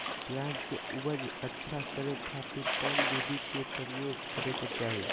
प्याज के उपज अच्छा करे खातिर कौन विधि के प्रयोग करे के चाही?